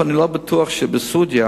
אני לא בטוח שבסעודיה